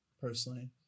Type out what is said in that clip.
personally